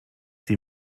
sie